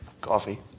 coffee